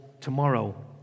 tomorrow